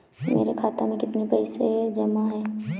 मेरे खाता में कितनी पैसे जमा हैं?